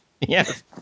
Yes